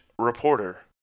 reporter